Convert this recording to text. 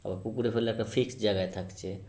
আবার পুকুরে ফেললে একটা ফিক্সড জায়গায় থাকছে